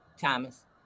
Thomas